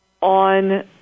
on